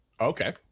Okay